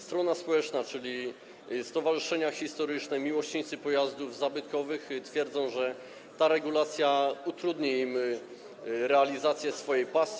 Strona społeczna, czyli stowarzyszenia historyczne i miłośnicy pojazdów zabytkowych, twierdzi, że ta regulacja utrudni im realizację ich pasji.